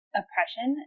oppression